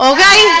Okay